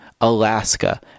Alaska